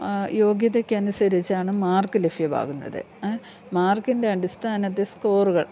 യോഗ്യതയ്ക്ക് അനുസരിച്ചാണ് മാർക്ക് ലഭ്യമാകുന്നത് മാർക്കിൻ്റെ അടിസ്ഥാനത്തിൽ സ്കോറുകൾ